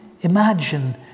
imagine